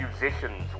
musicians